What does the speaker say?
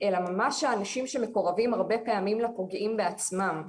אלא ממש האנשים שמקורבים הרבה פעמים לפוגעים בעצמם.